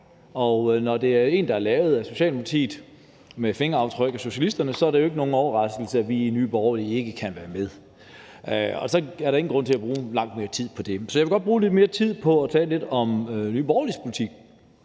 Og når det er en, der er lavet af Socialdemokratiet med fingeraftryk af socialisterne, er der jo ikke nogen overraskelse, at vi i Nye Borgerlige ikke kan være med, og så er der ikke grund til at bruge mere tid på det. Så jeg vil godt bruge lidt mere tid på at tale om Nye Borgerliges politik,